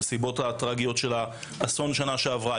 הנסיבות הטרגיות של האסון בשנה שעברה,